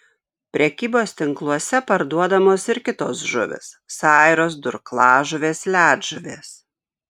prekybos tinkluose parduodamos ir kitos žuvys sairos durklažuvės ledžuvės